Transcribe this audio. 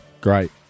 Great